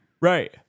Right